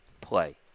play